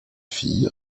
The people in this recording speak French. fille